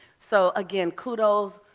so again, kudos,